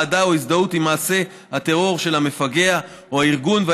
אהדה או הזדהות עם מעשה הטרור של המפגע או הארגון או